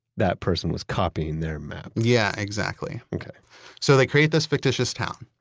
that person was copying their map yeah, exactly okay so they create this fictitious town,